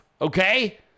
okay